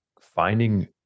finding